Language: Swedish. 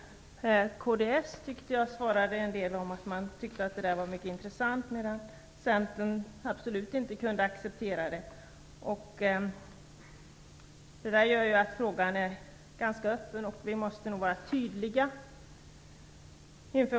Från kds sida sade man att det var mycket intressant. Centern kunde absolut inte acceptera det. Detta gör att frågan är ganska öppen. Vi måste nog vara tydliga.